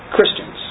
Christians